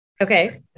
Okay